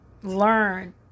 learn